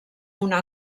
una